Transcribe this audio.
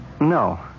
No